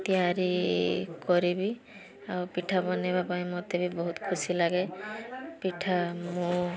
ତିଆରି କରିବି ଆଉ ପିଠା ବନାଇବା ପାଇଁ ମୋତେ ବି ବହୁତ ଖୁସି ଲାଗେ ପିଠା ମୁଁ